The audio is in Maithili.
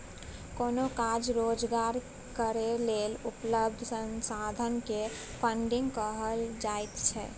कोनो काज रोजगार करै लेल उपलब्ध संसाधन के फन्डिंग कहल जाइत छइ